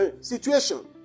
situation